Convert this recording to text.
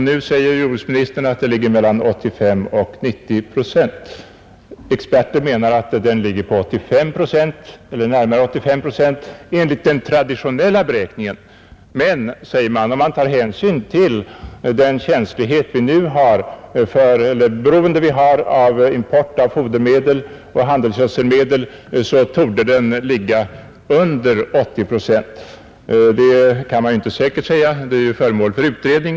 Nu säger jordbruksministern att den ligger på mellan 85 och 90 procent. Experterna säger att den ligger på närmare 85 procent enligt den traditionella beräkningen. Men, säger man, om vi tar hänsyn till det beroende vi nu har när det gäller import av fodermedel och handelsgödselmedel torde beredskapen ligga under 80 procent. Detta kan inte sägas med säkerhet — saken är föremål för utredning.